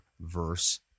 verse